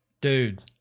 dude